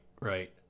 right